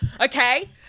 Okay